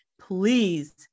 Please